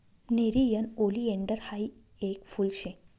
nerium oleander हायी येक फुल शे